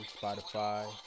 spotify